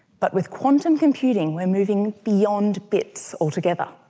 but with quantum computing we are moving beyond bits altogether.